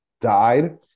died